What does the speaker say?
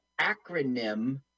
acronym